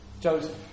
Joseph